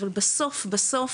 אבל בסוף בסוף